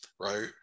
right